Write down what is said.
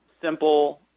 simple